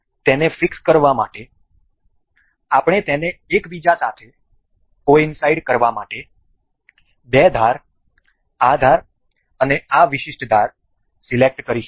તેને ફિક્સ કરવા માટે આપણે તેને એકબીજા સાથે કોઈનસાઈડ કરવા માટે બે ધાર આ ધાર અને આ વિશિષ્ટ ધાર સિલેક્ટ કરીશું